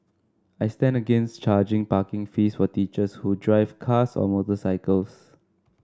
I stand against charging parking fees for teachers who drive cars or motorcycles